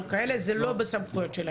זה לא בסמכויות.